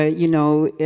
ah you know,